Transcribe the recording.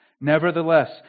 Nevertheless